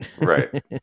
Right